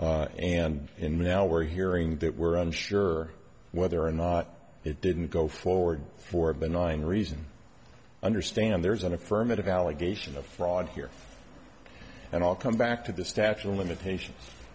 we're hearing that we're unsure whether or not it didn't go forward for benign reason understand there's an affirmative allegation of fraud here and all come back to the statute of limitations